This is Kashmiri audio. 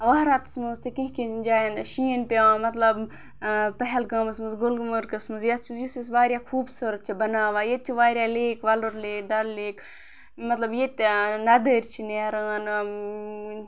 وَہراتَس منٛز تہِ کینٛہہ کینٛہہ جایَن شیٖن پٮ۪وان مطلب پَہَلگامَس منٛز گُلمَرگَس منٛز یَتھ یُس یُس واریاہ خوٗبصوٗرت چھَ بَناوان ییٚتہِ چھِ واریاہ lake Wular lake Dal lake مطلب ییٚتہِ نَدٕرۍ چھِ نیران